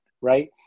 right